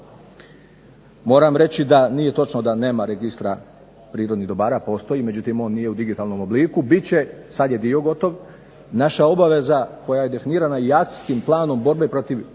Moram reći da nije točno da nema Registra prirodnih dobara, postoji, međutim on nije u digitalnom obliku, bit će, sad je dio gotov. Naša obaveza, koja je definirana i Akcijskim planom borbe protiv